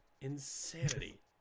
insanity